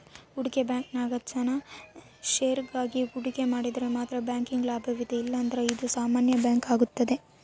ಹೂಡಿಕೆ ಬ್ಯಾಂಕಿಂಗ್ನಲ್ಲಿ ಜನ ಷೇರಿನಾಗ ಹೂಡಿಕೆ ಮಾಡಿದರೆ ಮಾತ್ರ ಬ್ಯಾಂಕಿಗೆ ಲಾಭವಿದೆ ಇಲ್ಲಂದ್ರ ಇದು ಸಾಮಾನ್ಯ ಬ್ಯಾಂಕಾಗುತ್ತದೆ